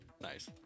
Nice